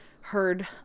heard